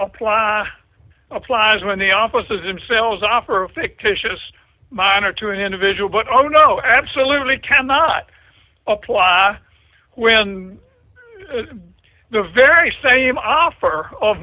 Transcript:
apply applies when the offices in sales offer a fictitious minor to an individual but oh no absolutely cannot apply when the very same offer of